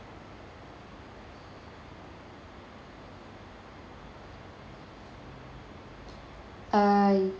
uh